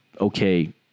okay